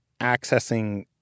accessing